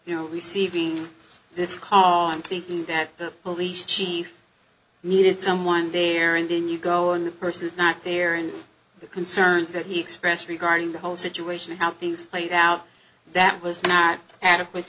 you know receiving this current thinking that the police chief needed someone there and then you go and that person is not there in the concerns that he expressed regarding the whole situation how things played out that was not adequate